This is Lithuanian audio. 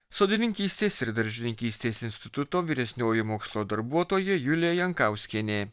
sodininkystės ir daržininkystės instituto vyresnioji mokslo darbuotoja julė jankauskienė